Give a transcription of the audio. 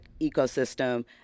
ecosystem